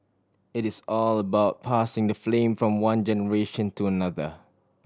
it is all about passing the flame from one generation to another